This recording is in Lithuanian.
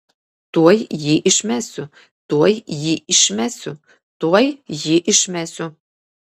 tuoj jį išmesiu tuoj jį išmesiu tuoj jį išmesiu